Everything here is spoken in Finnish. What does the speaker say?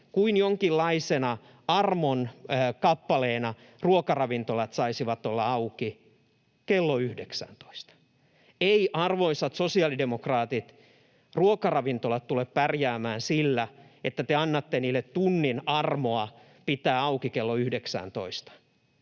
kuin jonkinlaisena armon kappaleena — ruokaravintolat saisivat olla auki kello 19:ään. Eivät, arvoisat sosiaalidemokraatit, ruokaravintolat tule pärjäämään sillä, että te annatte niille tunnin armoa pitää auki kello